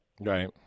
Right